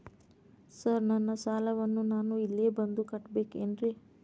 Sir ನನ್ನ ಸಾಲವನ್ನು ನಾನು ಇಲ್ಲೇ ಬಂದು ಕಟ್ಟಬೇಕೇನ್ರಿ?